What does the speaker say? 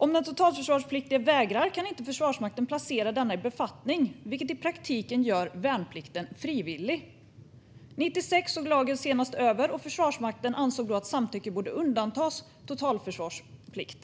Om den totalförsvarspliktiga vägrar kan Försvarsmakten inte placera denna person i en befattning, vilket i praktiken gör värnplikten frivillig. År 1996 sågs lagen senast över. Försvarsmakten ansåg då att totalförsvarspliktiga borde undantas från kravet på samtycke.